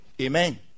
Amen